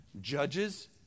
judges